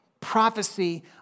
prophecy